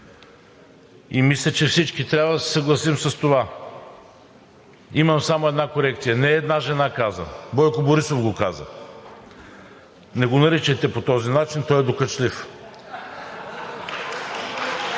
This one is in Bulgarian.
И мисля, че всички трябва да се съгласим с това. Имам само една корекция – не е „една жена каза“, а Бойко Борисов го каза. Не го наричайте по този начин, той е докачлив.